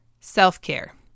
Self-care